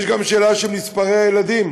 יש גם שאלה של מספר הילדים.